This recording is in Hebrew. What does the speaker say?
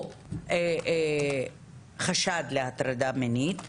או חשד להטרדה מינית,